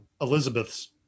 elizabeth's